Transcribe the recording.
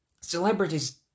celebrities